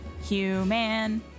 Human